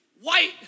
white